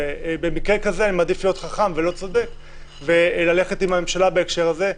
ובמקרה כזה אני מעדיף להיות חכם ולא צודק וללכת עם הממשלה בהקשר הזה.